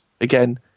again